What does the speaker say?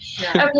Okay